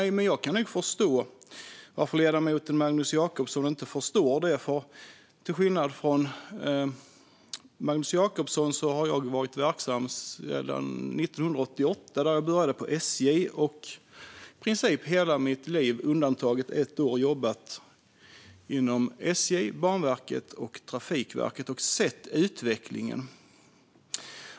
Jag kan förstå varför ledamoten Magnus Jacobsson inte förstår det, för till skillnad från Magnus Jacobsson har jag varit verksam sedan 1988, då jag började på SJ. Jag har i princip i hela mitt liv, undantaget ett år, jobbat inom SJ, Banverket och Trafikverket och sett utvecklingen.